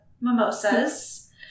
mimosas